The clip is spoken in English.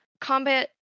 combat